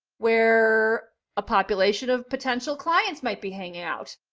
where a population of potential clients might be hanging out,